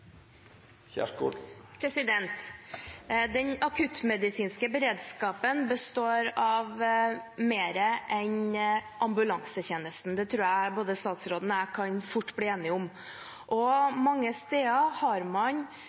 tror jeg statsråden og jeg fort kan bli enige om – og mange steder har man